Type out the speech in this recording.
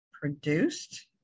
produced